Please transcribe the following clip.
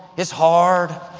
it's hard.